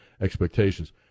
expectations